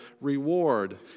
reward